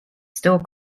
still